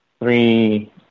three